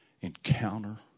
encounter